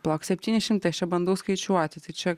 palauk septyni šimtai aš čia bandau skaičiuoti tai čia